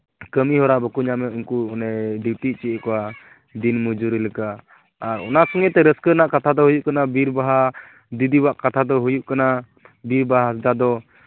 ᱠᱟᱹᱢᱤᱦᱚᱨᱟ ᱵᱟᱠᱚ ᱧᱟᱢᱮᱫ ᱩᱱᱠᱩ ᱰᱤᱭᱩᱴᱤ ᱦᱚᱪᱚᱭᱮᱫ ᱠᱚᱣᱟ ᱫᱤᱱ ᱢᱚᱡᱩᱨᱤ ᱞᱮᱠᱟ ᱟᱨ ᱚᱱᱟ ᱥᱚᱸᱜᱮᱛᱮ ᱨᱟᱹᱥᱠᱟᱹ ᱨᱮᱱᱟᱜ ᱠᱟᱛᱷᱟ ᱫᱚ ᱦᱩᱭᱩᱜ ᱠᱟᱱᱟ ᱵᱤᱨᱵᱟᱦᱟ ᱫᱤᱫᱤᱣᱟᱜ ᱠᱟᱛᱷᱟ ᱫᱚ ᱦᱩᱭᱩᱜ ᱠᱟᱱᱟ ᱵᱤᱨ ᱵᱟᱦᱟ ᱦᱟᱸᱥᱫᱟ ᱫᱚ